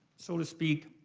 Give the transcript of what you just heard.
so to speak,